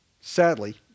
Sadly